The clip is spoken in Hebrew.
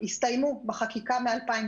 הסתיימו בחקיקה מ-2017,